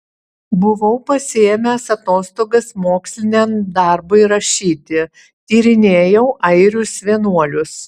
buvau pasiėmęs atostogas moksliniam darbui rašyti tyrinėjau airius vienuolius